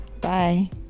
bye